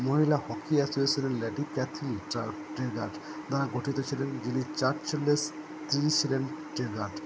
মহিলা হকি এসোসিয়েশনের ল্যাডি ক্যাথলি জার্ক ট্রিগার দ্বারা গঠিত ছিলেন যিনি চার্চেলেস তিনি ছিলেন ট্রিগার্ড